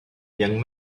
young